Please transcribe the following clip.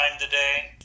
today